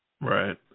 Right